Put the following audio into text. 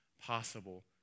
possible